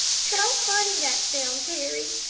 how funny that sounds, harry.